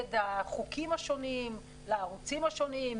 נגד החוקים השונים לערוצים השונים,